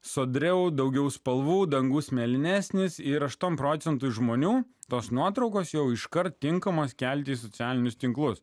sodriau daugiau spalvų dangus mėlynesnis ir aštuom procentų žmonių tos nuotraukos jau iškart tinkamos kelti socialinius tinklus